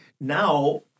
now